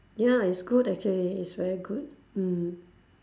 ya it's good actually it's very good mm